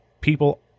people